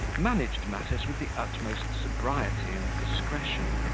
managed matters with the utmost sobriety and discretion,